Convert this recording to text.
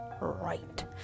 right